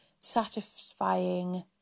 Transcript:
satisfying